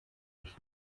ist